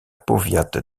powiat